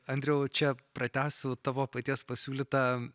andriau čia pratęsiu tavo paties pasiūlytą